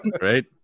right